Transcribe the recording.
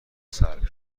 سلب